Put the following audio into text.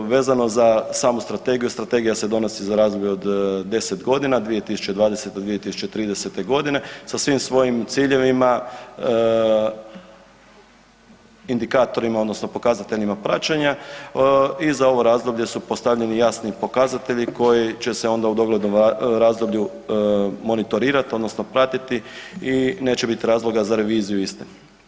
Vezano za samu strategiju, strategija se donosi za razdoblje od 10 g., 2020.-2030. g. sa svim svojim ciljevima, indikatorima odnosno pokazateljima praćenja i za ovo razdoblje su postavljeni jasni pokazatelji koji će se onda u doglednom razdoblju monitorirat odnosno pratiti i neće biti razloga za reviziju iste.